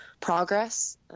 progress